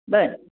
बरं